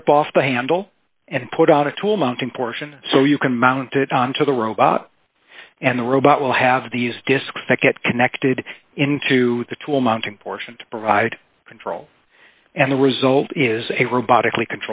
rip off the handle and put out a tool mounting portion so you can mount it on to the robot and the robot will have these disks that get connected into the tool mounting portion to provide control and the result is a robotic